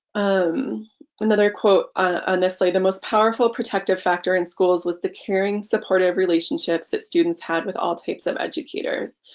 um another quote, honestly the most powerful protective factor in schools was the caring supportive relationships that students had with all types of educators.